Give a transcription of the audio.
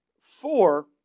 four